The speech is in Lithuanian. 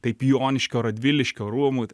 taip joniškio radviliškio rūmų